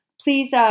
please